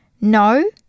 No